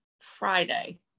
Friday